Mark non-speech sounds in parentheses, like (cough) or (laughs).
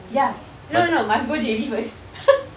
ya no no must go J_B first (laughs)